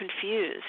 confused